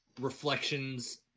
reflections